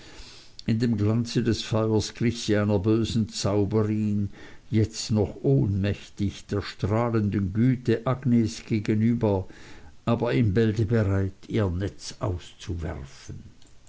in dem glanze des feuers glich sie einer bösen zauberin jetzt noch ohnmächtig der strahlenden güte agnes gegenüber aber in bälde bereit ihr netz auszuwerfen